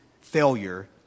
failure